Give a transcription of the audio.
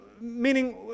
meaning